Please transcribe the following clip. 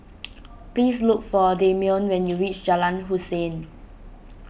please look for Dameon when you reach Jalan Hussein